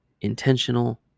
intentional